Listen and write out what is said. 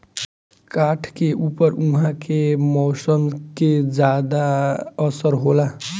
काठ के ऊपर उहाँ के मौसम के ज्यादा असर होला